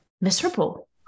miserable